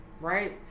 right